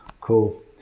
Cool